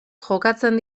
jokatzen